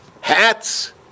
hats